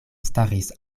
staris